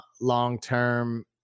long-term